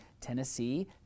Tennessee